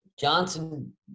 Johnson